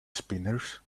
spinners